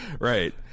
Right